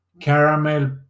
Caramel